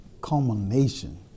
culmination